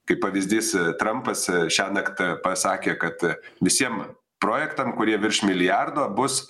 kaip pavyzdys trampas šiąnakt pasakė kad visiem projektam kurie virš milijardo bus